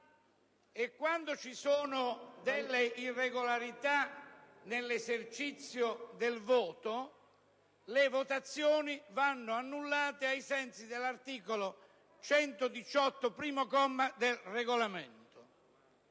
quando ci sono delle irregolarità nell'esercizio del voto le votazioni vanno annullate ai sensi dell'articolo 118, comma 1, del Regolamento.